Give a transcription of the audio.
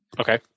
Okay